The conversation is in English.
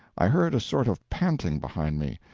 i heard a sort of panting behind me,